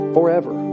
Forever